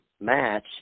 match